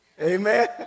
Amen